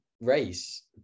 race